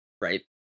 right